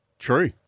True